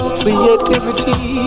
creativity